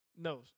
No